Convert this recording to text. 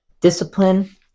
Discipline